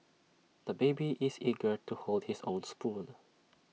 the baby is eager to hold his own spoon